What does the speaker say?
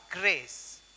grace